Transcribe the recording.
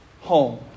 home